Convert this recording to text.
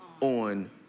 on